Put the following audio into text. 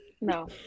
no